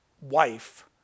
wife